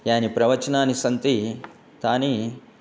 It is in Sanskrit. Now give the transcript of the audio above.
यानि प्रवचनानि सन्ति तानि